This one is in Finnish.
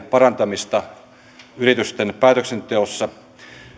parantamista yritysten päätöksenteossa